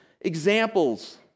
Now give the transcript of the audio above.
examples